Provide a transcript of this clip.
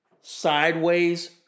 sideways